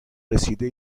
رسیده